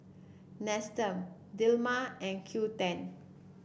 Nestum Dilmah and Qoo ten